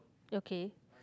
okay